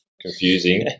confusing